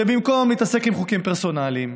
שבמקום להתעסק בחוקים פרסונליים,